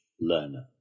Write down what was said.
learner